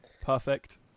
Perfect